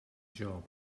job